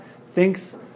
thinks